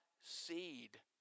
seed